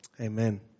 amen